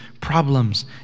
Problems